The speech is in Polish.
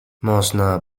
można